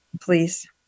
please